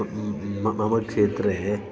म् म् मम क्षेत्रे